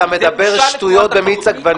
אתה מדבר שטויות במיץ עגבניות.